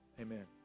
Amen